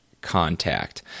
contact